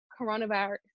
coronavirus